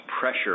pressure